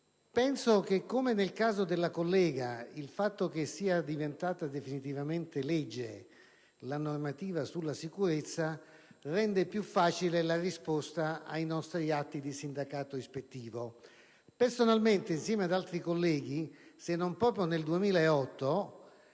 Penso che, come nel caso della collega, il fatto che sia diventata definitivamente legge la normativa sulla sicurezza renda più facile la risposta ai nostri atti di sindacato ispettivo. Personalmente, insieme ad altri colleghi, se non proprio nel 2008